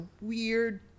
weird